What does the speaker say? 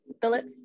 Phillips